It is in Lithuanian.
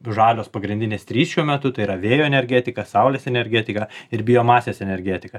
žalios pagrindinės trys šiuo metu tai yra vėjo energetika saulės energetika ir biomasės energetika